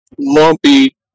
lumpy